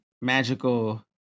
magical